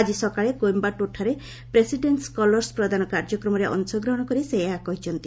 ଆଳି ସକାଳେ କୋଏମ୍ଭାଟୁର୍ଠାରେ ପ୍ରେସିଡେଣ୍ଟ୍ସ୍ କଲର୍ସ ପ୍ରଦାନ କାର୍ଯ୍ୟକ୍ରମରେ ଅଂଶଗ୍ରହଣ କରି ସେ ଏହା କହିଛନ୍ତି